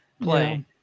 play